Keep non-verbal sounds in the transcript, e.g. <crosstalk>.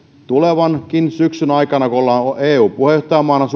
tulevan syksynkin aikana kun suomi on eun puheenjohtajamaana <unintelligible>